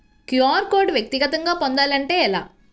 QR code వ్యక్తిగతంగా పొందాలంటే ఎలా?